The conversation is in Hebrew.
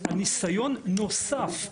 על ניסיון נוסף,